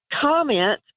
comment